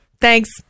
Thanks